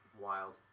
Wild